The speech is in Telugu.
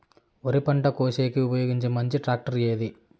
వరి పంట కోసేకి ఉపయోగించే మంచి టాక్టర్ ఏది?